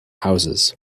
houses